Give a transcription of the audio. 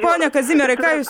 pone kazimierai ką jūs